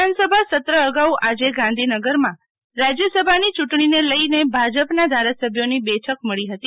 વિધાનસભા સત્ર અગાઉ આજે ગાંધીનગરમાં રાજ્યસભાની ચૂંટણી ને લઈ ભાજપના ધારાસભ્યોની બેઠક મળી હતી